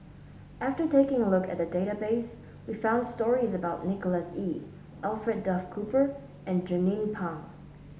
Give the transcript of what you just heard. after taking a look at the database we found stories about Nicholas Ee Alfred Duff Cooper and Jernnine Pang